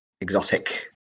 exotic